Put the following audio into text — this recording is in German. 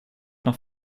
noch